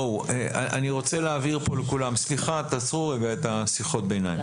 אני רוצה להבהיר פה לכולם: צריך להיות פה